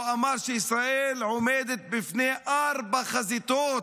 אמר שישראל עומדת בפני ארבע חזיתות: